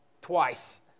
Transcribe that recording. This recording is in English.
Twice